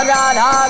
Radha